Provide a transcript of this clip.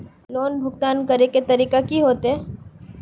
Loan भुगतान करे के तरीका की होते?